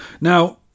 Now